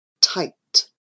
tight